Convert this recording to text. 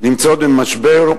נמצאות במשבר,